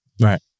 Right